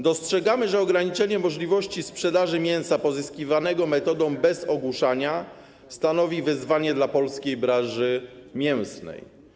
Dostrzegamy, że ograniczenie możliwości sprzedaży mięsa pozyskiwanego metodą bez ogłuszania stanowi wyzwanie dla polskiej branży mięsnej.